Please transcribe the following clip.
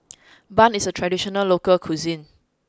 Bun is a traditional local cuisine